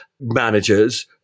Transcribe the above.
managers